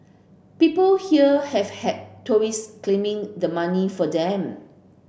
people here have had tourist claiming the money for them